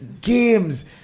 games